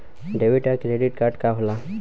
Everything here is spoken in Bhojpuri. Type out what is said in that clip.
डेबिट या क्रेडिट कार्ड का होला?